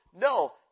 No